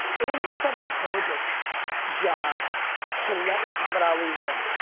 it wasn't trevor berbick's job to let muhammad ali win.